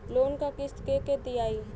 Loan क किस्त के के दियाई?